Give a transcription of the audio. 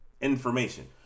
information